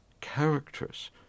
characters